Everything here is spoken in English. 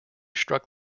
struck